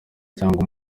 cyangwa